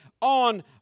on